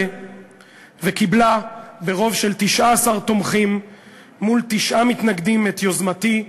וקיבלה ברוב של 19 תומכים מול תשעה מתנגדים את יוזמתי,